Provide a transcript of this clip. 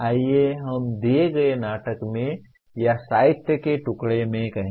आइए हम दिए गए नाटक में या साहित्य के टुकड़े में कहें